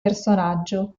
personaggio